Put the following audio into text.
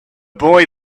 boy